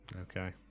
Okay